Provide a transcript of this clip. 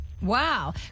wow